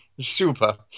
Super